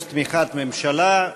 יש תמיכת ממשלה.